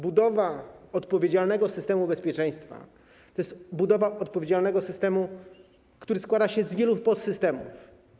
Budowa odpowiedzialnego systemu bezpieczeństwa to jest budowa odpowiedzialnego systemu, który składa się z wielu podsystemów.